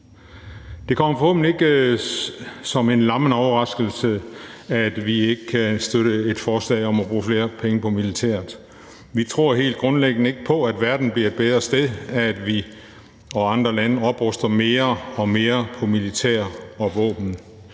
Det kommer forhåbentlig ikke som en lammende overraskelse, at vi ikke kan støtte et forslag om at bruge flere penge på militæret. Vi tror helt grundlæggende ikke på, at verden bliver et bedre sted af, at vi og andre lande opruster mere og mere på militær og våben.